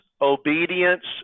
obedience